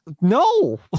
no